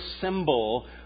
symbol